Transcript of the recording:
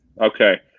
Okay